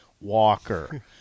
Walker